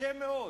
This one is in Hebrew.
קשה מאוד.